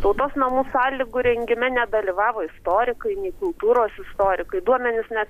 tautos namų sąlygų rengime nedalyvavo istorikai nei kultūros istorikai duomenys net